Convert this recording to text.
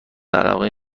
علاقه